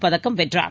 பதக்கம் வென்றார்